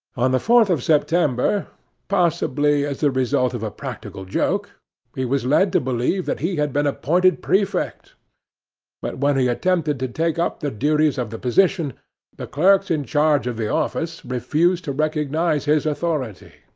on the fourth of september possibly as the result of a practical joke he was led to believe that he had been appointed prefect but when he attempted to take up the duties of the position the clerks in charge of the office refused to recognize his authority,